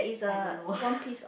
I don't know